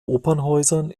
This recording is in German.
opernhäusern